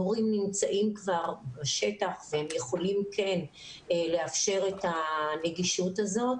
המורים נמצאים כבר בשטח והם יכולים כן לאפשר את הנגישות הזאת.